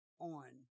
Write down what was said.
on